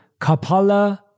kapala